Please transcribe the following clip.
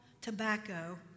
tobacco